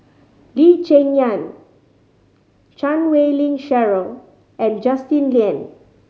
Lee Cheng Yan Chan Wei Ling Cheryl and Justin Lean